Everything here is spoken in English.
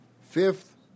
Fifth